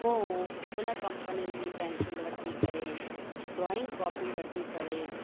पोइ हुन कंपनियुनि जी पैंसिल वठी करे ड्रॉइंग कॉपी वठी करे